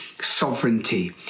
sovereignty